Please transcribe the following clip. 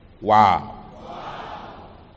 Wow